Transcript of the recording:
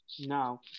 no